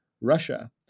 Russia